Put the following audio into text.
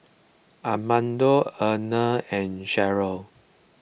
Armando Abner and Cheryll